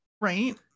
Right